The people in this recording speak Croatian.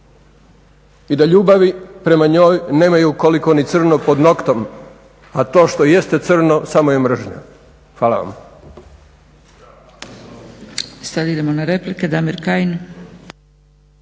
i da ljubavi prema njoj nemaju koliko ni crno pod noktom. A to što jeste crno samo je mržnja. Hvala vam.